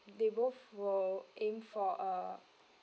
they both will aim for uh